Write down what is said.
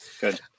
Good